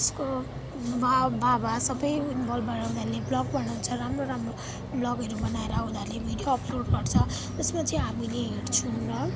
उसको बाबा सबै इन्भल्भ भएर उनीहरूले ब्लग बनाउँछ राम्रो राम्रो ब्लगहरू बनाएर उनीहरूले भिडियो अपलोड गर्छ त्यसपछि हामीले हेर्छौँ र